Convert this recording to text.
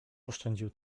oszczędził